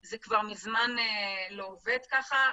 זה כבר מזמן לא עובד כך.